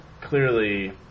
clearly